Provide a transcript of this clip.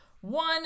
One